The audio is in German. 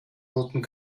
roten